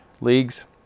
leagues